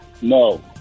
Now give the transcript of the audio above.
No